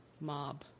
mob